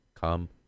come